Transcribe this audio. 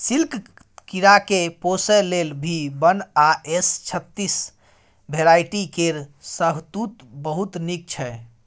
सिल्कक कीराकेँ पोसय लेल भी वन आ एस छत्तीस भेराइटी केर शहतुत बहुत नीक छै